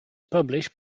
published